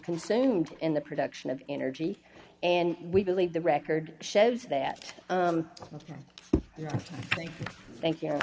consumed in the production of energy and we believe the record shows that clinton thank you